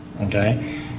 okay